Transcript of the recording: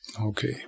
Okay